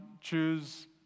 choose